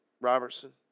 Robertson